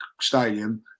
stadium